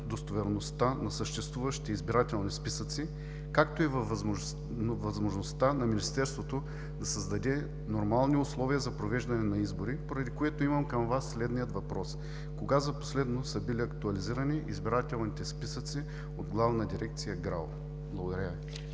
достоверността на съществуващите избирателни списъци, както и във възможността на Министерството да създаде нормални условия за провеждане на избори, поради което имам към Вас следния въпрос: кога за последно са били актуализирани избирателните списъци от Главна дирекция ГРАО. Благодаря Ви.